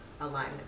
alignment